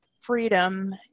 freedom